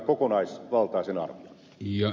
arvoisa puhemies